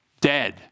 dead